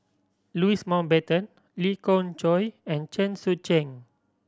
Louis Mountbatten Lee Khoon Choy and Chen Sucheng